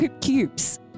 cubes